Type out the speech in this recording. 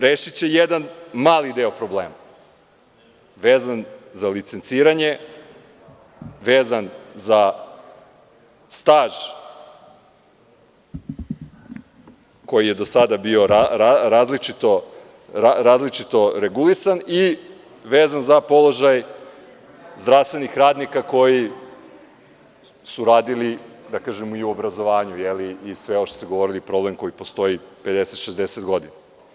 Rešiće jedan mali deo problema vezan za licenciranje, vezan za staž koji je do sada bio različito regulisan i vezan za položaj zdravstvenih radnika koji su radili, da kažem i u obrazovanju, i sve ovo što ste govorili, problem koji postoji 50, 60 godina.